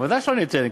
ודאי שלא ניתן.